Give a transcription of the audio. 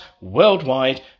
worldwide